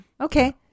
okay